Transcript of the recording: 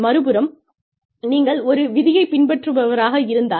மறுபுறம் நீங்கள் ஒரு விதியைப் பின்பற்றுபவராக இருந்தால்